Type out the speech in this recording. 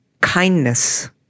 kindness